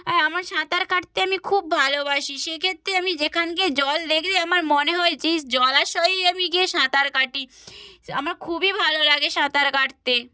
আর আমার সাঁতার কাটতে আমি খুব ভালোবাসি সেক্ষেত্রে আমি যেখানে জল দেখলে আমার মনে হয় যে ইশ্ জলাশয়েই আমি গিয়ে সাঁতার কাটি আমার খুবই ভালো লাগে সাঁতার কাটতে